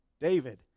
David